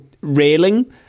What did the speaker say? railing